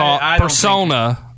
persona